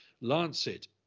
Lancet